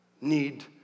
need